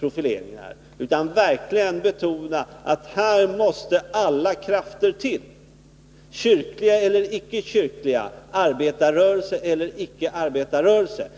profileringar. Man bör i stället verkligen betona att här måste alla krafter till — det får inte vara fråga om kyrkliga eller icke kyrkliga, arbetarrörelse eller icke arbetarrörelse.